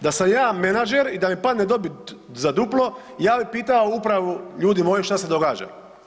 Da sam ja menadžer i da mi padne dobit za duplo ja bi pitao upravu ljudi moji šta se događa.